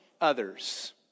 Others